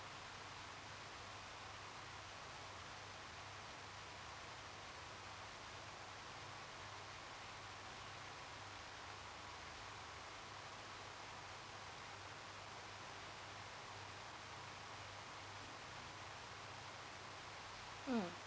mm